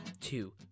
Two